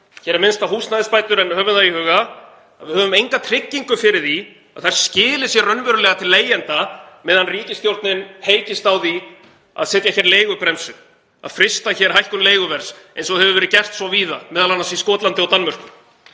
Hér er minnst á húsnæðisbætur en höfum það í huga að við höfum enga tryggingu fyrir því að þær skili sér raunverulega til leigjenda meðan ríkisstjórnin heykist á því að setja hér leigubremsu og frysta hækkun leiguverðs eins og hefur verið gert svo víða, m.a. í Skotlandi og Danmörku.